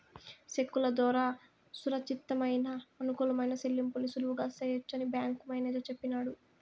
సెక్కుల దోరా సురచ్చితమయిన, అనుకూలమైన సెల్లింపుల్ని సులువుగా సెయ్యొచ్చని బ్యేంకు మేనేజరు సెప్పినాడు